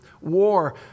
war